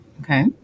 Okay